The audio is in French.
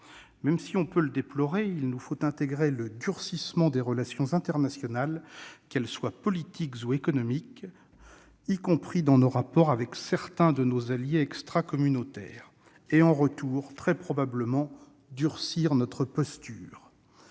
Même si on peut le déplorer, il nous faut intégrer le durcissement des relations internationales, qu'elles soient politiques ou économiques, y compris dans nos rapports avec certains de nos alliés extracommunautaires et, en retour, très probablement, durcir notre posture.